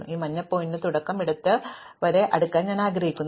അതിനാൽ ഈ മഞ്ഞ പോയിന്ററിന്റെ തുടക്കം മുതൽ ഇടത് വരെ അടുക്കാൻ ഞാൻ ആഗ്രഹിക്കുന്നു